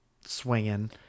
swinging